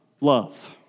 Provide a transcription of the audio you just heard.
love